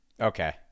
okay